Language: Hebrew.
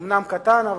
הוא אומנם קטן,